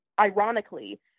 ironically